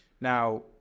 now